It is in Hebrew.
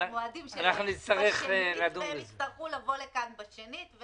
המועדים בשנית והם יצטרכו לבוא לכאן בשנית.